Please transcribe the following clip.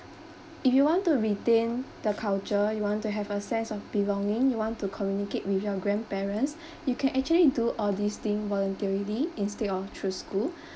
if you want to retain the culture you want to have a sense of belonging you want to communicate with your grandparents you can actually do all these things voluntarily instead of through school